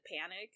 panic